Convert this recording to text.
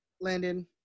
Landon